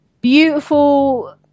beautiful